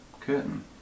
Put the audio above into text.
curtain